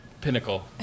pinnacle